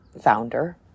founder